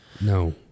No